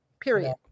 period